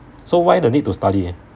so why the need to study